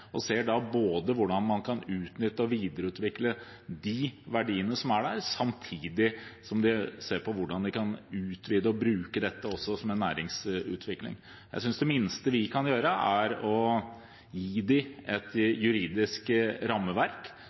ser hvordan man kan utnytte og videreutvikle de verdiene som er der, samtidig som man ser på hvordan man kan utvide og bruke dette til næringsutvikling. Jeg synes det minste vi kan gjøre, er å gi dem et juridisk rammeverk,